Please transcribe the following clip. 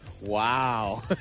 wow